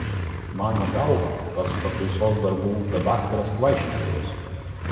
mano galva tas pataisos darbų ūkio daktaras kvaištelėjęs